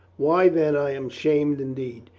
why, then i am shamed indeed,